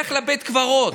לך לבית קברות,